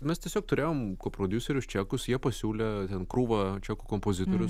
mes tiesiog turėjom prodiuserius čekus jie pasiūlė ten krūvą čekų kompozitorių